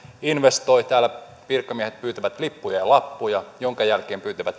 investoi täällä virkamiehet pyytävät lippuja ja lappuja minkä jälkeen pyytävät